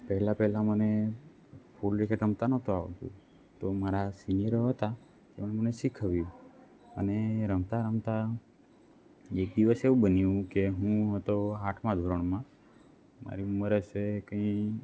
પહેલા પહેલા મને ફૂલ રેકેટ રમતા નહોતું આવડતું તો મારા સીનિયરો હતા એમણે શીખવ્યું અને રમતા રમતા એક દિવસ એવું બન્યું કે હું હતો આઠમાં ધોરણમાં મારી ઉંમર હશે કંઈ